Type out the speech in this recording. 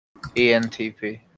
ENTP